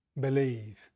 believe